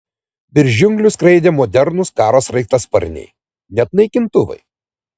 virš džiunglių skraidė modernūs karo sraigtasparniai net naikintuvai